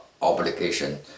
obligation